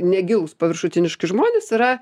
negilūs paviršutiniški žmonės yra